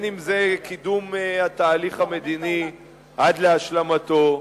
אם קידום התהליך המדיני עד להשלמתו,